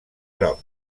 groc